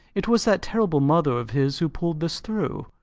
it was that terrible mother of his who pulled this through.